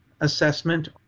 assessment